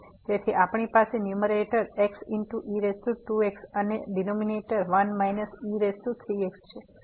તેથી આપણી પાસે ન્યુમરેટર xe2x અને ડીનોમીનેટર 1 e3x છે